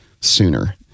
sooner